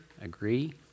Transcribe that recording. agree